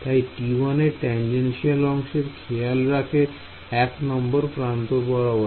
তাই T1 এর tangential অংশর খেয়াল রাখে এক নম্বর প্রান্ত বরাবর